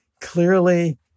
clearly